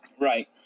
right